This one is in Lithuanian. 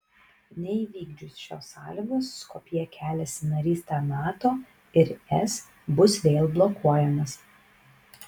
neįvykdžius šios sąlygos skopjė kelias į narystę nato ir es bus vėl blokuojamas